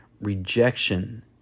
rejection